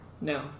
No